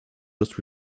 just